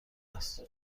است